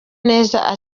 neza